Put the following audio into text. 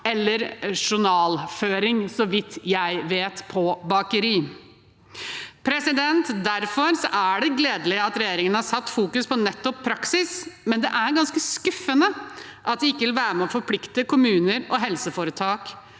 eller journalføring – så vidt jeg vet – på et bakeri. Derfor er det gledelig at regjeringen fokuserer på nettopp praksis, men det er ganske skuffende at de ikke vil være med og forplikte kommuner og helseforetak